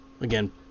Again